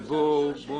מה יעשו?